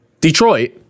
Detroit